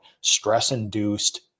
stress-induced